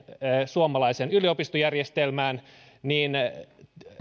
suomalaiseen yliopistojärjestelmään vaan